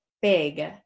Big